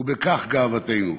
ובכך גאוותנו.